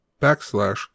backslash